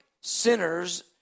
sinners